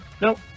Nope